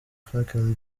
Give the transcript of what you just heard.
franklin